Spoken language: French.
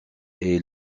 est